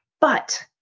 But-